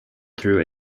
through